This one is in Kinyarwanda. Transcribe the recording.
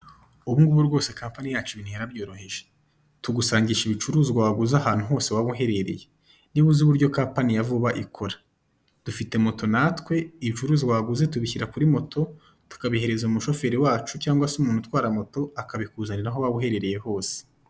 Ubungubu rwose kampani yacu ibintu yarabyoroheje, tugusangisha ibicuruzwa waguze ahantu hose waba uherereye, niba uzi uburyo kampani ya vuba ikora, dufite moto natwe, ibicuruzwa waguze tubishyira kuri moto tukabihereza umushoferi wacu cyangwa se umuntu utwara moto, akabikuzanira aho waba uherereye hose.